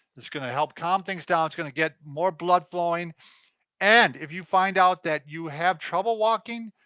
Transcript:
it's gonna help calm things down, it's gonna get more blood flowing and if you find out that you have trouble walking,